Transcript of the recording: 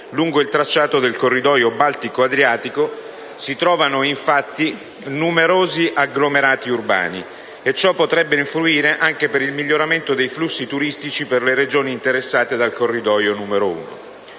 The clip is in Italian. Lungo il tracciato del corridoio Baltico-Adriatico si trovano, infatti, numerosi agglomerati urbani e ciò potrebbe influire anche per il miglioramento dei flussi turistici per tutte le Regioni interessate dal corridoio 1. È giunto